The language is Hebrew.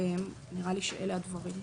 אלה הדברים.